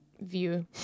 view